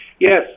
Yes